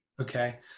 Okay